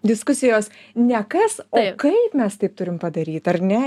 diskusijos ne kas o kaip mes taip turim padaryt ar ne